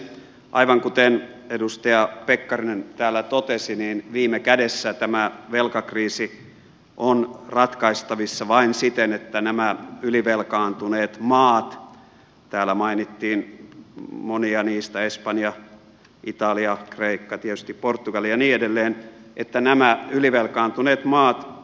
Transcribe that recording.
aivan kuten edustaja pekkarinen täällä totesi niin viime kädessä tämä velkakriisi on ratkaistavissa vain siten että nämä ylivelkaantuneet maat täällä mainittiin monia niistä espanja italia kreikka tietysti portugali ja niin edelleen